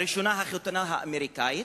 הראשונה החתונה האמריקנית,